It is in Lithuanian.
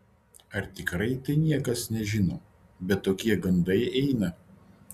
ar tikrai tai niekas nežino bet tokie gandai eina